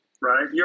right